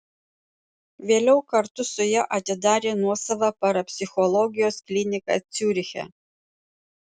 vėliau kartu su ja atidarė nuosavą parapsichologijos kliniką ciuriche